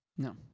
No